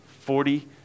Forty